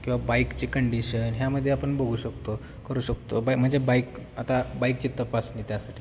किंवा बाईकची कंडिशन यामध्ये आपण बघू शकतो करू शकतो बाबा म्हणजे बाईक आता बाईकची तपास ना त्यासाठी